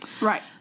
Right